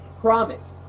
promised